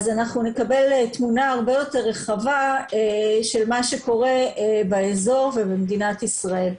אז אנחנו נקבל תמונה הרבה יותר רחבה של מה שקורה באזור ובמדינת ישראל.